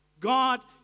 God